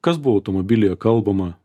kas buvo automobilyje kalbama